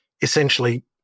essentially